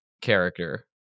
character